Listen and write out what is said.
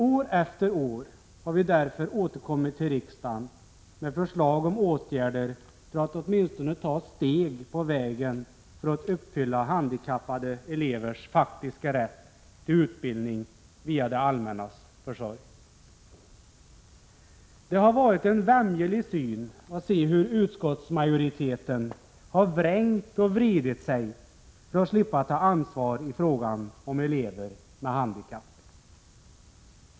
År efter år har vi därför återkommit till riksdagen med förslag om åtgärder för att åtminstone ta steg på vägen för att uppfylla handikappade elevers faktiska rätt till utbildning via det allmännas försorg. Det har varit en vämjelig syn att se hur utskottsmajoriteten har vrängt och vridit sig för att slippa ta ansvar i fråga om elever med handikapp.